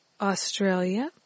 Australia